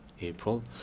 April